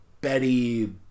Betty